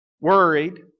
worried